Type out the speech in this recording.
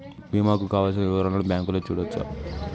బీమా కు కావలసిన వివరాలను బ్యాంకులో చూడొచ్చా?